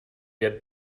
get